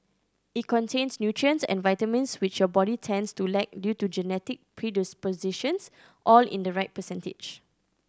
it contains nutrients and vitamins which your body tends to lack due to genetic predispositions all in the right percentage